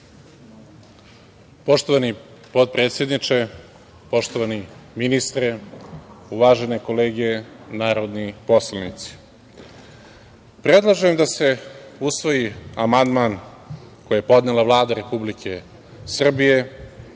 Poštovani potpredsedniče, poštovani ministre, uvažene kolege narodni poslanici, predlažem da se usvoji amandman koji je podnela Vlada Republike Srbije